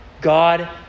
God